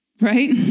Right